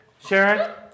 Sharon